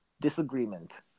disagreement